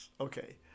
Okay